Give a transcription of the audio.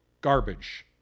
garbage